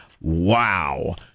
Wow